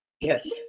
Yes